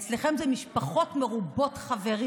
אצלכם זה משפחות מרובות חברים.